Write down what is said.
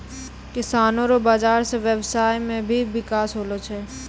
किसानो रो बाजार से व्यबसाय मे भी बिकास होलो छै